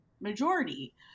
majority